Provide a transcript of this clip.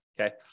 okay